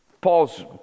Paul's